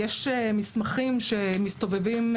יש מסמכים שמסתובבים,